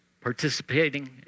participating